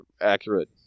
accurate